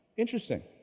interesting.